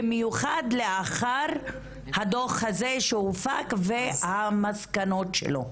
במיוחד לאחר הדוח הזה שהופק והמסקנות שלו.